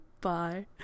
Bye